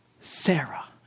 Sarah